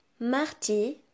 Mardi